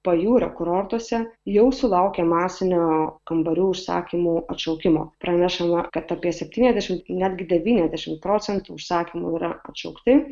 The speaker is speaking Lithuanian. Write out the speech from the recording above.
pajūrio kurortuose jau sulaukė masinio kambarių užsakymų atšaukimo pranešama kad apie septyniasdešim netgi devyniasdešim procentų užsakymų yra atšaukti